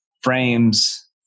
frames